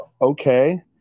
okay